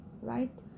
right